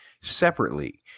separately